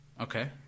Okay